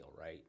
right